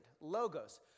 Logos